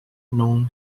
known